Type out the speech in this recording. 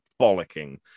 bollocking